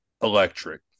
electric